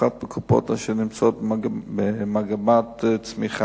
אבל הקול שלך הוא מספיק חזק לשאלה קצרה.